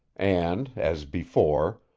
and, as before,